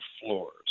floors